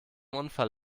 unfall